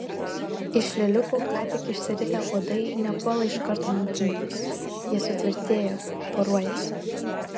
iš lėliukių ką tik išsiritę uodai nepuola iš karto maitintis jie sutvirtėja poruojasi